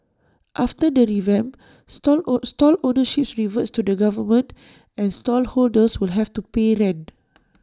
after the revamp stall own stall ownership reverts to the government and stall holders will have to pay rent